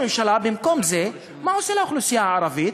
במקום זה, מה עושה ראש הממשלה לאוכלוסייה הערבית?